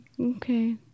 Okay